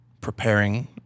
preparing